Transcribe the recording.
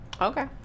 Okay